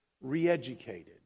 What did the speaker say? re-educated